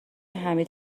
حمید